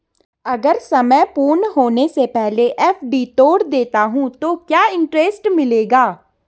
अगर समय पूर्ण होने से पहले एफ.डी तोड़ देता हूँ तो क्या इंट्रेस्ट मिलेगा?